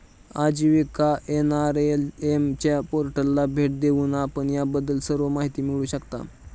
आजीविका एन.आर.एल.एम च्या पोर्टलला भेट देऊन आपण याबद्दलची सर्व माहिती मिळवू शकता